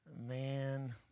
man